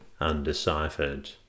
undeciphered